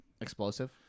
Explosive